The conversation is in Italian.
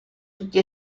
tutti